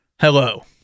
Hello